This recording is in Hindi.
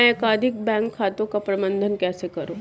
मैं एकाधिक बैंक खातों का प्रबंधन कैसे करूँ?